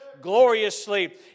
gloriously